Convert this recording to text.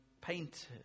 painted